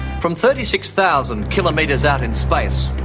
from thirty six thousand kilometres out in space,